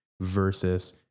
versus